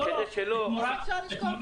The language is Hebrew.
איך אפשר לשכוח אותו?